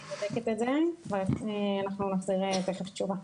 אני בודקת את זה ותכף נחזיר תשובה.